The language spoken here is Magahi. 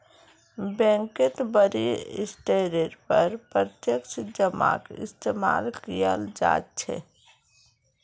बैंकत बडे स्तरेर पर प्रत्यक्ष जमाक इस्तेमाल कियाल जा छे